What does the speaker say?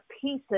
pieces